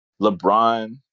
LeBron